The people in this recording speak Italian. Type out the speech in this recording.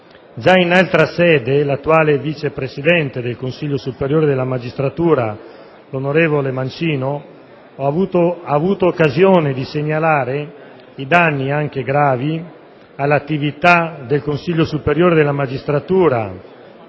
Già in altra sede l'attuale vice presidente del Consiglio superiore della magistratura, l'onorevole Mancino, ha avuto occasione di segnalare i danni anche gravi all'attività del Consiglio superiore della magistratura